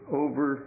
over